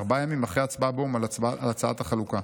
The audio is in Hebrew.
ארבעה ימים אחרי ההצבעה באו"ם על הצעת החלוקה".